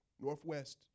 Northwest